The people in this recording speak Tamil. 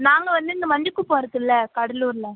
நாங்கள் வந்து இந்த மஞ்சக்குப்பம் இருக்குஇல்ல கடலூரில்